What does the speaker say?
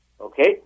Okay